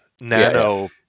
Nano